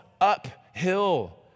uphill